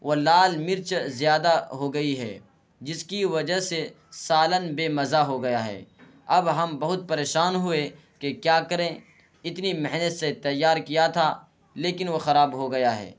وہ لال مرچ زیادہ ہو گئی ہے جس کی وجہ سے سالن بےمزہ ہو گیا ہے اب ہم بہت پریشان ہوئے کہ کیا کریں اتنی محنت سے تیار کیا تھا لیکن وہ خراب ہو گیا ہے